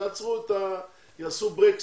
יעשו ברקס,